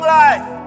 life